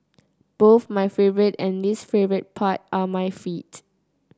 both my favourite and least favourite part are my feet